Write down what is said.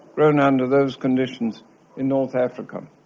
grown under those conditions in north africa.